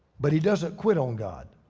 but he doesn't quit on god.